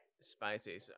Spicy